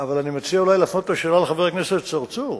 אבל אני מציע אולי להפנות את השאלה לחבר הכנסת צרצור: